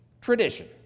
tradition